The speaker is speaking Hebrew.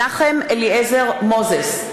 מנחם אליעזר מוזס,